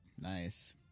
Nice